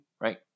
right